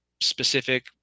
specific